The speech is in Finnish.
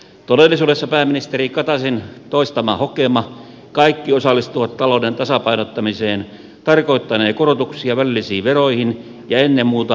todellisuudessa pääministeri kataisen toistama hokema kaikki osallistuvat talouden tasapainottamiseen tarkoittanee korotuksia välillisiin veroihin ja ennen muuta arvonlisäveroon